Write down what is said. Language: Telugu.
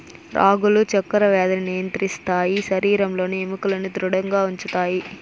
రాగులు చక్కర వ్యాధిని నియంత్రిస్తాయి శరీరంలోని ఎముకలను ధృడంగా ఉంచుతాయి